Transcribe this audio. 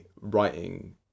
writing